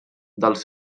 dels